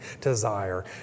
desire